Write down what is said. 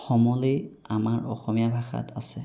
সমলেই আমাৰ অসমীয়া ভাষাত আছে